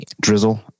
Drizzle